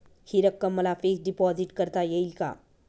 हि रक्कम मला फिक्स डिपॉझिट करता येईल का?